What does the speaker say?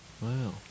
Wow